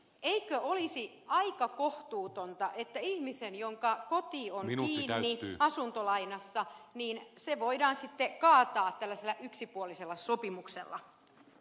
eikö olisi aika kohtuutonta että ihmisen jonka koti on kiinni asuntolainassa laina voidaan sitten kaataa tällaisella yksipuolisella sopimuksella